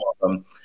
welcome